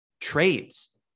trades